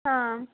हा